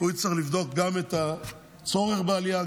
יצטרך לבדוק גם את הצורך בעלייה,